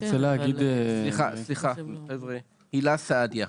הילה סעדיה.